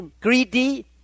greedy